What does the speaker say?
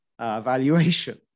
valuation